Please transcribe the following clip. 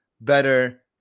better